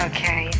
Okay